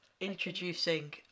Introducing